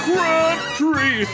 Crabtree